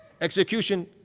execution